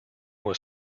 was